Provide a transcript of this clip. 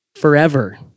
forever